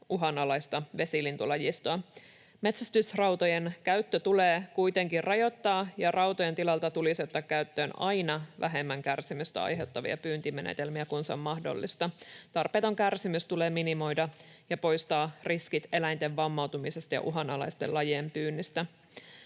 uhanalaista vesilintulajistoa. Metsästysrautojen käyttöä tulee kuitenkin rajoittaa, ja rautojen tilalla tulisi ottaa käyttöön vähemmän kärsimystä aiheuttavia pyyntimenetelmiä aina, kun se on mahdollista. Tarpeeton kärsimys tulee minimoida ja poistaa riskit eläinten vammautumisesta ja uhanalaisten lajien pyynnistä.